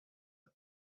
one